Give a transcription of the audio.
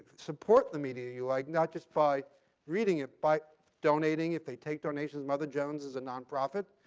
support the media you like, not just by reading it, by donating it. they take donations. mother jones is a nonprofit.